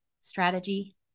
strategy